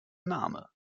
name